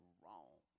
wrong